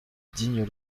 digne